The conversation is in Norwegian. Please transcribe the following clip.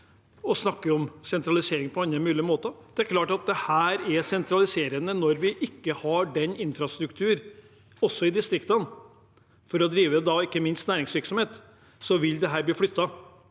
og snakker om sentralisering på andre måter. Det er klart at dette er sentraliserende. Når vi ikke har den infrastrukturen også i distriktene, ikke minst for å drive næringsvirksomhet, vil dette bli flyttet